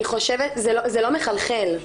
זה לא מחלחל.